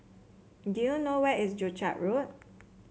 do you know where is Joo Chiat Road